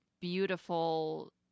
beautiful